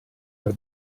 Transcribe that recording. per